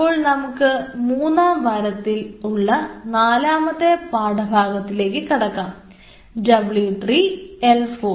അപ്പോൾ നമുക്ക് മൂന്നാം വാരത്തിൽ ഉള്ള നാലാമത്തെ പാഠഭാഗത്തുലേക്ക് കടക്കാം W 3 L 4